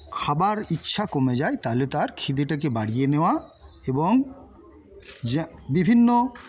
খাবার ইচ্ছা কমে যায় তাহলে তার খিদেটাকে বাড়িয়ে নেওয়া এবং যা বিভিন্ন